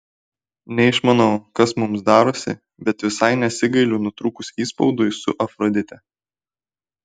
neišmanau kas mums darosi bet visai nesigailiu nutrūkus įspaudui su afrodite